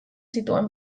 zituen